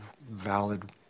valid